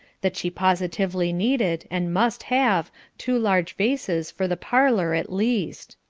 that she positively needed, and must have two large vases for the parlour at least.